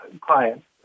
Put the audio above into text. clients